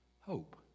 hope